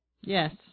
Yes